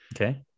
Okay